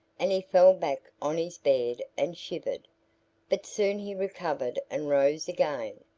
and he fell back on his bed and shivered but soon he recovered and rose again,